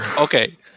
Okay